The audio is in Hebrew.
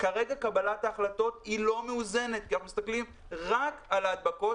כרגע קבלת ההחלטות לא מאוזנת כי אנחנו מסתכלים רק על ההדבקות.